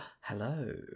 Hello